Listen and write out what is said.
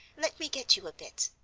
let me get you a bit,